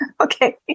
Okay